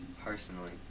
personally